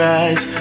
eyes